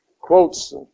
quotes